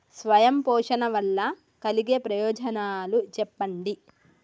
స్వయం పోషణ వల్ల కలిగే ప్రయోజనాలు చెప్పండి?